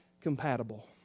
compatible